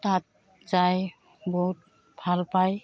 তাত যাই বহুত ভাল পায়